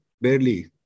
barely